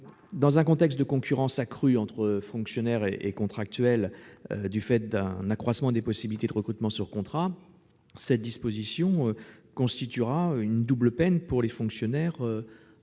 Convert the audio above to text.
Dans un contexte de concurrence accrue entre fonctionnaires et contractuels du fait d'un renforcement des possibilités de recrutement sur contrat, une telle disposition constituera une double peine pour les fonctionnaires dont